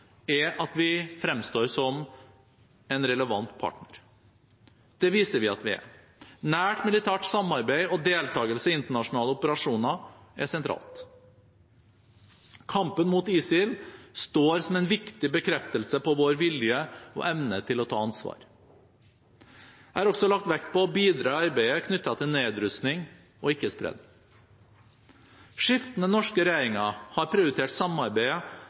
at vi fremstår som en relevant partner. Det viser vi at vi er. Nært militært samarbeid og deltakelse i internasjonale operasjoner er sentralt. Kampen mot ISIL står som en viktig bekreftelse på vår vilje og evne til å ta ansvar. Jeg har også lagt vekt på å bidra i arbeidet knyttet til nedrustning og ikke-spredning. Skiftende norske regjeringer har prioritert samarbeidet